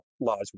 laws